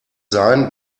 sein